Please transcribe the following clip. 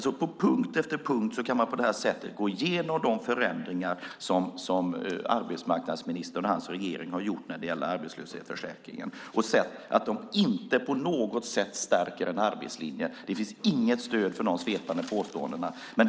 På punkt efter punkt kan man på det här sättet gå igenom de förändringar som arbetsmarknadsministern och hans regering har gjort när det gäller arbetslöshetsförsäkringen och se att de inte på något sätt stärker någon arbetslinje. Det finns inget stöd för dessa svepande påståenden.